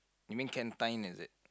you mean can time is it